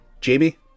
Jamie